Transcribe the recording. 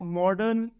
modern